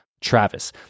Travis